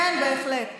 כן, בהחלט.